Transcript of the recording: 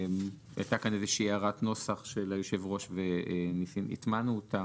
הייתה כאן איזושהי הערת נוסח של יושב הראש שהטמענו אותה